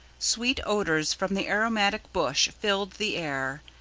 sweet odours from the aromatic bush filled the air,